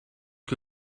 que